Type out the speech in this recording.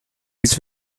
his